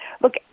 Look